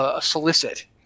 solicit